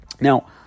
Now